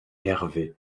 hervé